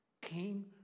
came